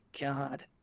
God